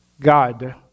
God